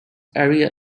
aria